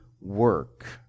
work